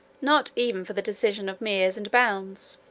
not even for the decision of meers and bounds.